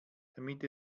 damit